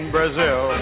Brazil